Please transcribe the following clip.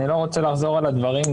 אני לא רוצה לחזור הדברים,